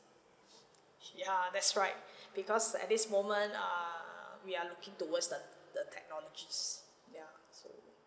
ya that's right because at this moment err we're looking towards the the technologies ya so